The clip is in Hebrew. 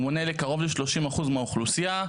מונה קרוב ל-30 אחוז מהאוכלוסייה,